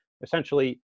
essentially